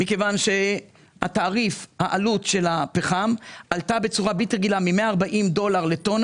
מכיוון שתעריף עלות הפחם עלתה בצורה בלתי רגילה מ-140 דולר לטון